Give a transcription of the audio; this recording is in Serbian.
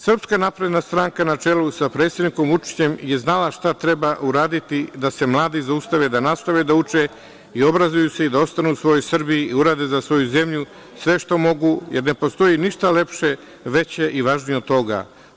Srpska napredna stranka na čelu sa predsednikom Vučićem je znala šta treba uraditi da se mladi zaustave, da nastave da uče, da se obrazuju i ostanu u svojoj Srbiji i rade za svoju zemlju sve što mogu, jer ne postoji ništa lepše, veće i važnije od toga.